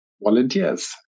volunteers